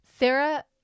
Sarah